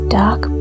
dark